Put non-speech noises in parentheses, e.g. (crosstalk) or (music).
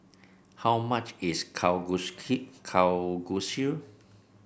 how much is (unintelligible) Kalguksu